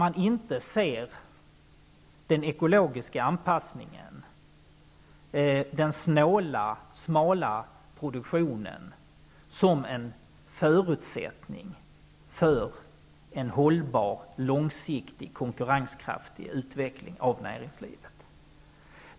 Man ser inte den ekologiska anpassningen och den snåla, smala produktionen som en förutsättning för en hållbar, långsiktig, konkurrenskraftig utveckling av näringslivet.